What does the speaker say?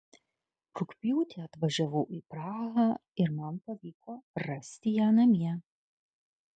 rugpjūtį atvažiavau į prahą ir man pavyko rasti ją namie